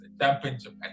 Championship